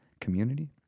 community